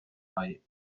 bei